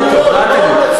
לא, אל תגיד, אל תגיד.